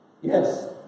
Yes